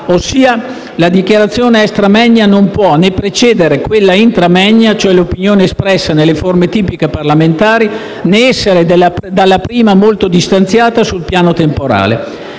ossia la dichiarazione *extra moenia* non può né precedere quella *intra moenia* (cioè l'opinione espressa nelle forme tipiche parlamentari), né essere dalla prima molto distanziata sul piano temporale.